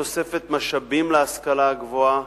תוספת משאבים להשכלה הגבוהה,